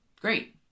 Great